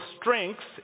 strengths